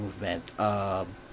movement